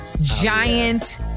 giant